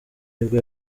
nibwo